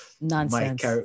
nonsense